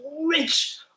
rich